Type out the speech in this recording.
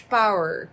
power